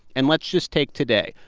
and let's just take today.